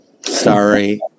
sorry